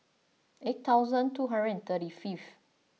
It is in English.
eight thousand two hundred and thirty fifth